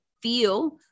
feel